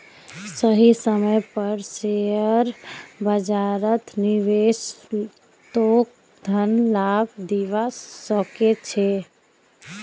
सही समय पर शेयर बाजारत निवेश तोक धन लाभ दिवा सके छे